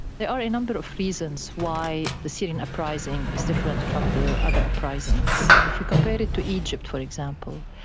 there are a number of reasons why the syrian uprising is different from the other uprisings. if we compare it to egypt, for example,